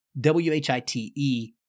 W-H-I-T-E